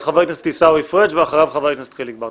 אז חבר הכנסת עיסאווי פריג' ואחריו חבר הכנסת חיליק בר.